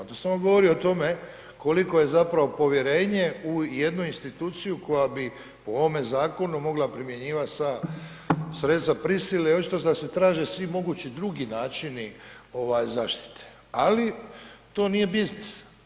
To samo govori o tome koliko je povjerenje u jednu instituciju koja bi po ovome zakonu mogla primjenjivati sva sredstva prisile i očito da se traže svi mogući načini zaštite, ali to nije biznis.